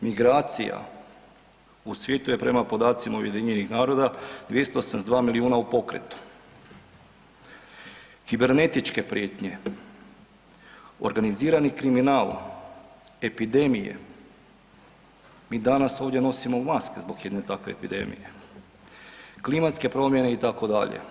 Migracija, u svijetu je prema podacima UN-a 272 milijuna u pokretu, kibernetičke prijetnje, organizirani kriminal, epidemije, mi danas ovdje nosimo maske zbog jedne takve epidemije, klimatske promjene, itd.